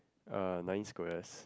uh nine squares